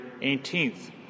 18th